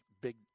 big